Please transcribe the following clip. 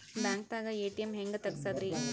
ಬ್ಯಾಂಕ್ದಾಗ ಎ.ಟಿ.ಎಂ ಹೆಂಗ್ ತಗಸದ್ರಿ?